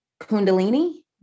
kundalini